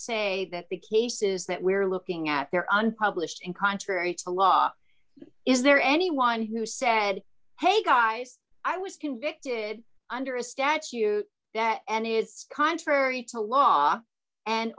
say that the cases that we're looking at there are unpublished and contrary to law is there anyone who said hey guys i was convicted under a statue that and it's contrary to law and